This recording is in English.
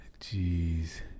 Jeez